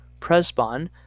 Presbon